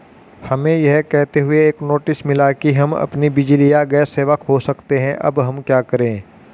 हमें यह कहते हुए एक नोटिस मिला कि हम अपनी बिजली या गैस सेवा खो सकते हैं अब हम क्या करें?